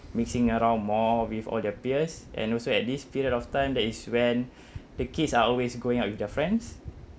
mixing around more with all their peers and also at this period of time that is when the kids are always going out with their friends